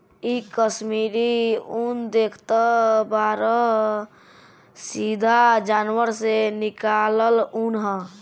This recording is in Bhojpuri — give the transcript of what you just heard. इ कश्मीरी उन देखतऽ बाड़ऽ सीधा जानवर से निकालल ऊँन ह